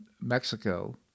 Mexico